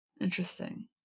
Interesting